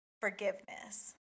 forgiveness